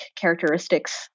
characteristics